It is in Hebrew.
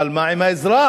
אבל מה עם האזרח?